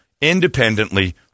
independently